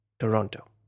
Toronto